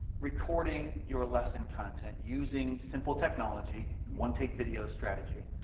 recording your lesson content using simple technology, one-take video strategy,